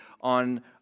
on